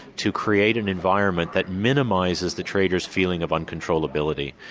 to create an environment that minimises the traders' feeling of uncontrollability.